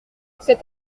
cet